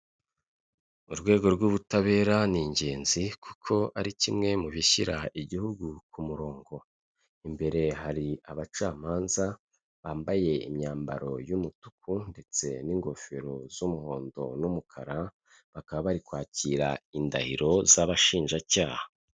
Urwego rw'ubutabera ni ingenzi kuko ari kimwe mu bishyira igihugu ku murongo. Imbere hari abacamanza bambaye imyambaro y'umutuku ndetse n'ingofero z'umuhondo n'umukara, bakaba bari kwakira indahiro z'abashinjacyaha.